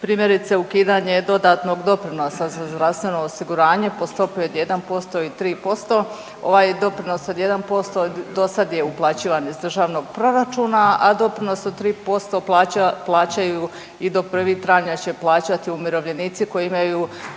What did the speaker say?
Primjerice ukidanje dodatnog doprinosa za zdravstveno osiguranje po stopi od 1% i 3%. Ovaj doprinos od 1% dosad je uplaćivan iz Državnog proračuna, a doprinos od 3% plaćaju i do 1. travnja će plaćati umirovljenici koji imaju